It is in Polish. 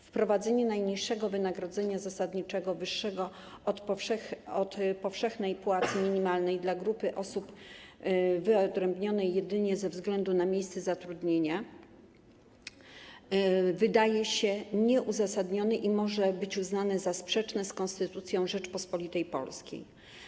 Wprowadzenie najniższego wynagrodzenia zasadniczego wyższego od powszechnej płacy minimalnej dla grupy osób wyodrębnionej jedynie ze względu na miejsce zatrudnienia wydaje się nieuzasadnione i może być uznane za sprzeczne z Konstytucją Rzeczypospolitej Polskiej.